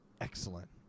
excellent